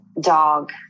dog